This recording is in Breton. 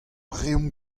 reomp